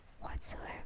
whatsoever